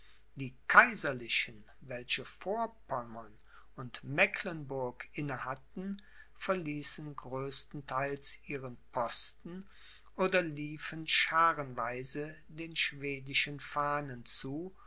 die kaiserlichen welche vorpommern und mecklenburg inne hatten verließen größtenteils ihren posten oder liefen schaarenweise den schwedischen fahnen zu